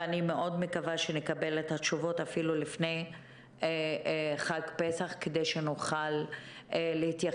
אני מאוד מקווה שנקבל את התשובות אפילו לפני חג פסח כדי שנוכל להתייחס